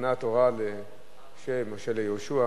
ניתנה התורה למשה, וממשה ליהושע.